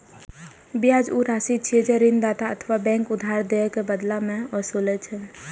ब्याज ऊ राशि छियै, जे ऋणदाता अथवा बैंक उधार दए के बदला मे ओसूलै छै